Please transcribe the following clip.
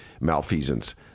malfeasance